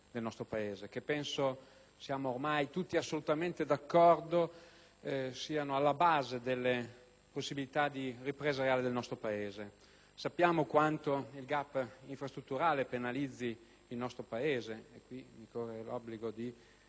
del nostro Paese, che penso siamo tutti ormai assolutamente d'accordo siano alla base delle possibilità di ripresa reale del nostro Paese. Sappiamo quanto il *gap* infrastrutturale penalizzi il nostro Paese - mi corre l'obbligo di